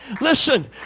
Listen